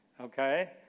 Okay